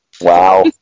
wow